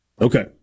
Okay